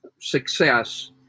success